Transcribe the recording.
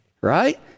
right